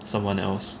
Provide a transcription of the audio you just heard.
someone else